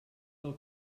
del